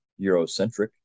Eurocentric